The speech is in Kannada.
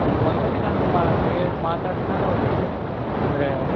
ನೀವು ಒಂದ್ಸರಿ ನಮ್ಮ ಬೇ ಮಾತಾಡ್ಕೊಂಡು ಹೋಗಿ ಅಂದರೆ